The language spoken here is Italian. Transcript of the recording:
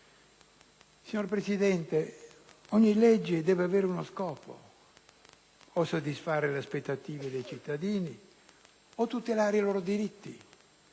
Signor Presidente, ogni legge deve avere uno scopo: o soddisfare le aspettative dei cittadini o tutelare i loro diritti;